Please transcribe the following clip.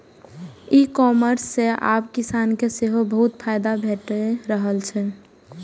ई commerce सं आब किसान के सेहो बहुत फायदा भेटि रहल छै